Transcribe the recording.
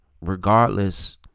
regardless